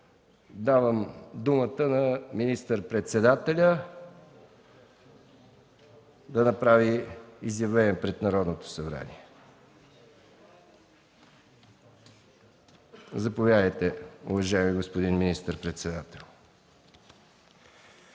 Давам думата на министър-председателя да направи изявление пред Народното събрание. Заповядайте, уважаеми господин министър-председател.